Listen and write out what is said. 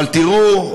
אבל תראו,